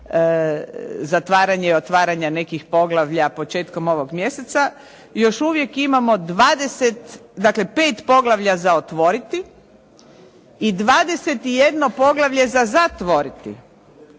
zatvaranja i otvaranja nekih poglavlja početkom ovog mjeseca, još uvijek imamo 20, dakle 5 poglavlja za otvoriti i 21. poglavlje za zatvoriti.